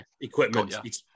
equipment